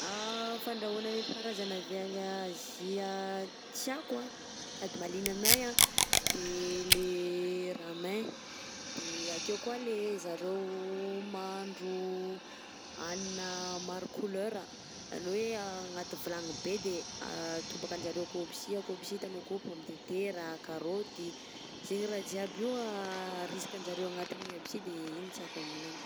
Fandrahoana netim-paharazana avy any Azia tiako anh sady mahaliana anahy anh de le ramen, de akeo koa le zareo mahandro hanina maro couleur ah, zany hoe agnaty vilagny be de atobakan-jareo akao aby si akao aby si hitanao akao pomme de terra, karaoty, zainy raha jiaby io arisikan-jareo agnaty iny aby si de igny tiako aminanjy.